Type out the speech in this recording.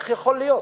איך יכול להיות